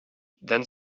then